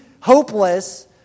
hopeless